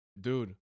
dude